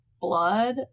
blood